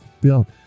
built